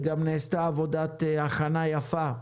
וגם נעשתה עבודת הכנה יפה.